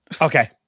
Okay